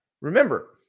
Remember